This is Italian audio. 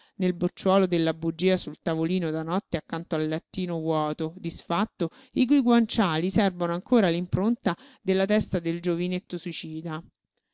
nel bocciuolo della bugia sul tavolino da notte accanto al lettino vuoto disfatto i cui guanciali serbano ancora l'impronta della testa del giovinetto suicida